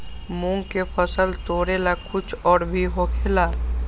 मूंग के फसल तोरेला कुछ और भी होखेला?